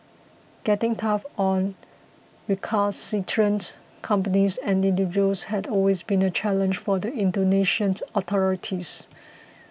getting tough on recalcitrant companies and individuals has always been a challenge for the Indonesian authorities